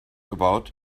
about